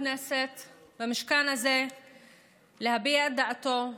במשכן הזה להביע את דעתו.